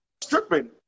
stripping